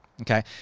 okay